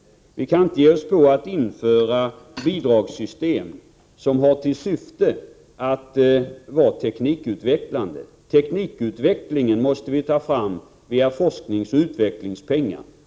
Vi kan inte ge oss på att införa bidragssystem som har till syfte att vara teknikutvecklande. Teknikutvecklingen måste ske med hjälp av forskningsoch utvecklingspengar.